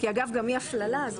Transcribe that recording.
כי, אגב, גם אי הפללה זה